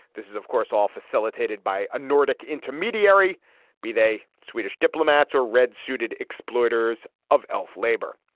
this is, of course, all facilitated by a nordic intermediary b-day. swedish diplomats are red suited exploiters of elf labor.